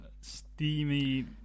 steamy